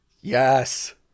yes